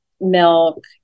milk